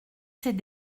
s’est